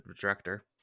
director